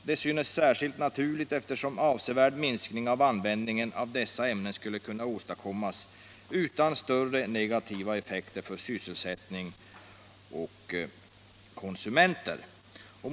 Detta synes särskilt naturligt eftersom en avsevärd minskning av användningen av dessa ämnen skulle kunna åstadkommas utan större negativa effekter för sysselsättning och för konsumenter.